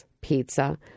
pizza